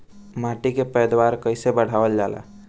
माटी के पैदावार कईसे बढ़ावल जाला?